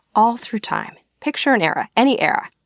all through time, picture an era any era,